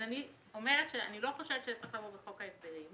אני לא חושבת שזה צריך לבוא בחוק ההסדרים.